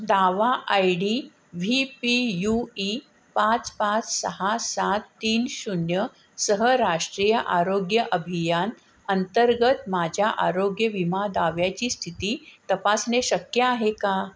दावा I D V P U E पाच पाच सहा सात तीन शून्य सह राष्ट्रीय आरोग्य अभियान अंतर्गत माझ्या आरोग्य विमा दाव्याची स्थिती तपासणे शक्य आहे का